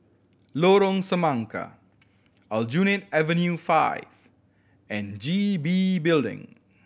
Lorong Semangka Aljunied Avenue Five and G B Building